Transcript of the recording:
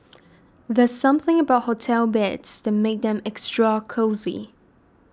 there's something about hotel beds that makes them extra cosy